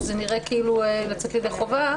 שזה נראה כאילו לצאת ידי חובה,